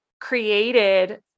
created